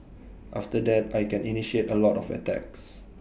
after that I can initiate A lot of attacks